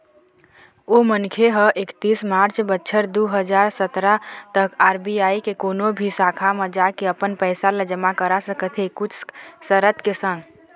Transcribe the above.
ओ मनखे ह एकतीस मार्च बछर दू हजार सतरा तक आर.बी.आई के कोनो भी शाखा म जाके अपन पइसा ल जमा करा सकत हे कुछ सरत के संग